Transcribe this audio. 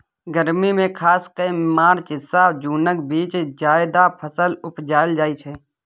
गर्मी मे खास कए मार्च सँ जुनक बीच जाएद फसल उपजाएल जाइ छै